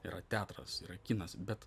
yra teatras yra kinas bet